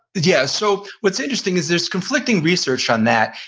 yeah, so what's interesting is there's conflicting research on that,